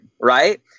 right